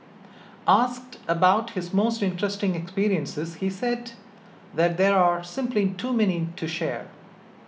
asked about his most interesting experiences he said that there are simply too many to share